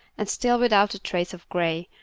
and still without a trace of gray,